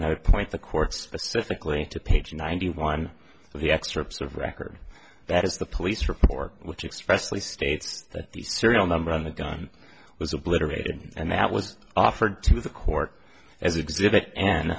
and i would point the court specifically to page ninety one of the excerpts of record that is the police report which express the states that the serial number on the gun was obliterated and that was offered to the court as exhibit an